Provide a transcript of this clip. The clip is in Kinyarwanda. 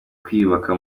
kwiyubaka